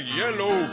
yellow